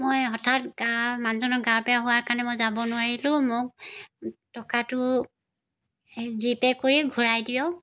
মই হঠাৎ গা মানুহজনৰ গা বেয়া হোৱা কাৰণে মই যাব নোৱাৰিলোঁ মোক টকাটো জি পে' কৰি ঘূৰাই দিয়ক